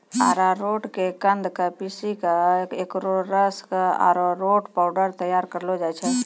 अरारोट के कंद क पीसी क एकरो रस सॅ अरारोट पाउडर तैयार करलो जाय छै